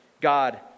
God